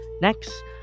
Next